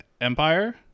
empire